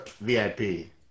VIP